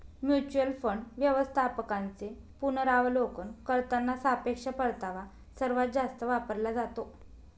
mutual fund व्यवस्थापकांचे पुनरावलोकन करताना सापेक्ष परतावा सर्वात जास्त वापरला जातो